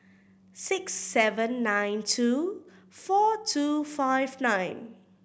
six seven nine two four two five nine